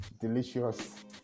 delicious